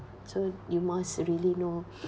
so you must really know